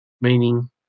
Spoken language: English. Meaning